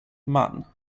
man